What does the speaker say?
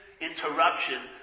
interruption